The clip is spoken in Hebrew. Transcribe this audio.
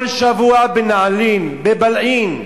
כל שבוע בנעלין, בבילעין,